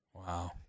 Wow